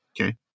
Okay